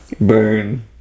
burn